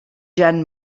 jan